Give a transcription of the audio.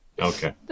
Okay